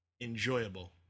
enjoyable